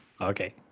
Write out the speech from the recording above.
Okay